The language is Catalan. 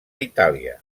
itàlia